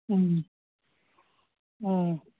ꯎꯝ ꯎꯝ